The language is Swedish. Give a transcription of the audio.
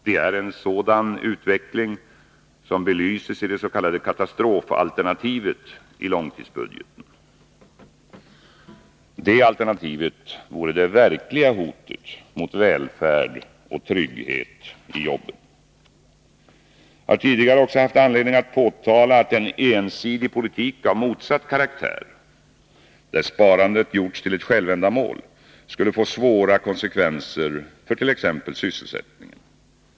Det är en sådan utveckling som belyses i dets.k. katastrofalternativet i långtidsbudgeten. Det alternativet skulle vara det verkliga hotet mot välfärd och trygghet i jobben. Jag har tidigare också haft anledning att påtala att en ensidig politik av motsatt karaktär, där sparandet gjorts till ett självändamål, skulle få svåra konsekvenser för t.ex. sysselsättningen.